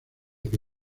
que